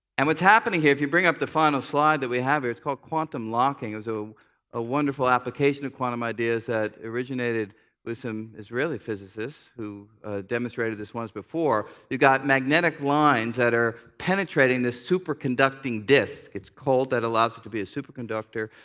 and what's happening here, if you bring up the final slide that we have here, it's called quantum locking. it's so a wonderful application of quantum ideas that originated with some israeli physicists who demonstrated this once before. you've got magnetic lines that are penetrating the superconducting disc. it's cold that allows it to be a superconductor.